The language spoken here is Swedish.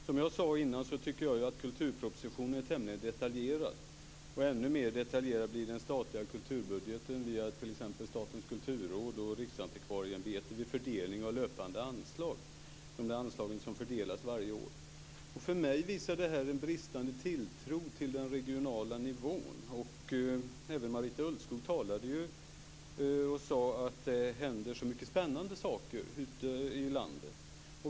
Som jag sade tidigare tycker jag att kulturpropositionen är tämligen detaljerad, och ännu mer detaljerad blir den statliga kulturbudgeten via t.ex. Statens kulturråd och Riksantikvarieämbetet vid fördelning av löpande anslag, dvs. de anslag som fördelas varje år. För mig visar detta en bristande tilltro till den regionala nivån. Även Marita Ulvskog sade ju att det händer så många spännande saker ute i landet.